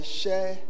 share